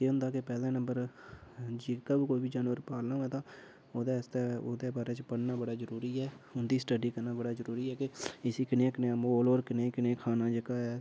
केह् होंदा के पैह्ले नम्बर जेह्का बी कोई बी जानवर पालना होवै ते पता ओह्दे आस्तै ओह्दे बारे च पढ़ना बड़ा जरूरी ऐ उं'दी स्टडी करना बड़ा जरूरी ऐ कि इसी कनेहा कनेहा म्हौल होर कनेहा कनेहा खाना जेह्का ऐ